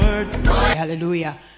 Hallelujah